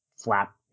Flap